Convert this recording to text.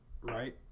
right